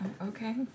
Okay